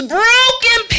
broken